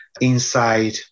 inside